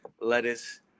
lettuce